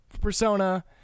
persona